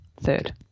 third